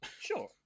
Sure